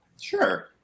Sure